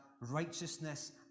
righteousness